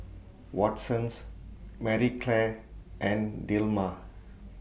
Watsons Marie Claire and Dilmah